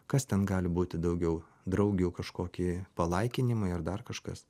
kas ten gali būti daugiau draugių kažkoki palaikinimai ar dar kažkas